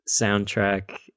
soundtrack